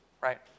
right